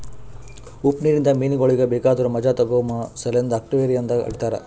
ಉಪ್ಪು ನೀರಿಂದ ಮೀನಗೊಳಿಗ್ ಬೇಕಾದುರ್ ಮಜಾ ತೋಗೋಮ ಸಲೆಂದ್ ಅಕ್ವೇರಿಯಂದಾಗ್ ಇಡತಾರ್